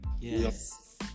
Yes